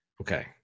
Okay